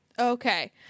Okay